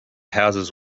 houses